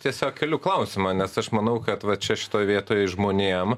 tiesiog keliu klausimą nes aš manau kad va čia šitoj vietoj žmonėm